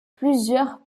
plusieurs